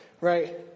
right